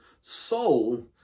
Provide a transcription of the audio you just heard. soul